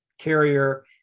carrier